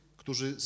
którzy